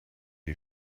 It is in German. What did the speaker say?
die